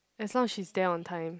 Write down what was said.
as long as she's there on time